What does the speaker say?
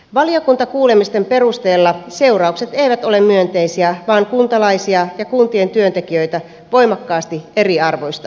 valiokuntakuulemisten perusteella seuraukset eivät ole myönteisiä vaan kuntalaisia ja kuntien työntekijöitä voimakkaasti eriarvoistavia